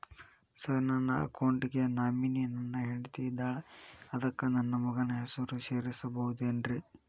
Sir ನನ್ನ account ಗೆ nominee ನನ್ನ ಹೆಂಡ್ತಿ ಇದ್ದಾಳ ಅದಕ್ಕ ನನ್ನ ಮಗನ ಹೆಸರು ಸೇರಸಬಹುದೇನ್ರಿ?